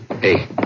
Hey